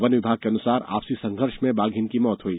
one विभाग के अनुसार आपसी सघर्ष में बाधिन की मौत हुई